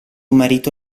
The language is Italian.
marito